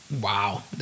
Wow